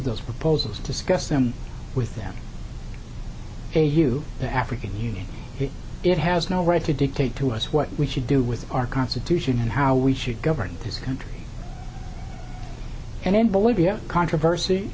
those proposals discuss them with them hey you the african union it has no right to dictate to us what we should do with our constitution and how we should govern this country and in bolivia